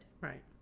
Right